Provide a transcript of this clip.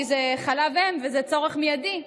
כי זה חלב אם וזה צורך מיידי,